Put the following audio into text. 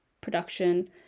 production